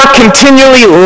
continually